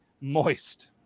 moist